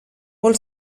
vol